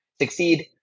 succeed